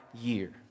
year